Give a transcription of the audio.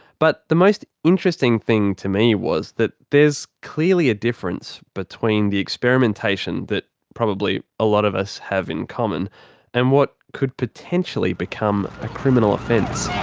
but the most interesting thing to me was that there's clearly a difference between the experimentation that probably a lot of us have in common and what could potentially become a criminal offence.